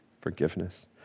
forgiveness